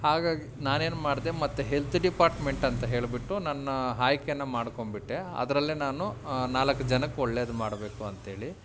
ಹಾಗಾಗಿ ನಾನು ಏನು ಮಾಡಿದೆ ಮತ್ತು ಹೆಲ್ತ್ ಡಿಪಾರ್ಟ್ಮೆಂಟ್ ಅಂತ ಹೇಳಿಬಿಟ್ಟು ನನ್ನ ಆಯ್ಕೆನ ಮಾಡ್ಕೊಂಬಿಟ್ಟೆ ಅದರಲ್ಲೆ ನಾನು ನಾಲ್ಕು ಜನಕ್ಕೆ ಒಳ್ಳೇದು ಮಾಡಬೇಕು ಅಂತ್ಹೇಳಿ